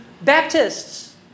Baptists